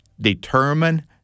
determine